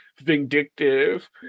vindictive